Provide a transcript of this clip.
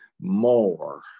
more